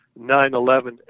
9-11